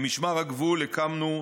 במשמר הגבול הקמנו,